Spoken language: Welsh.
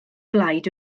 blaid